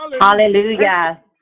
Hallelujah